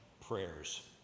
prayers